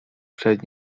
przed